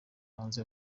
hanze